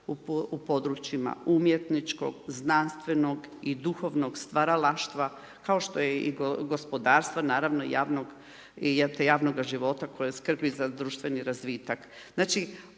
u područjima, umjetničkog, znanstvenog i duhovnog stvaralaštva kao što je i gospodarstvo, naravno i javnog života koji skrbi za društveni razvitak.